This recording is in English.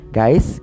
guys